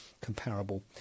comparable